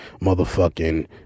Motherfucking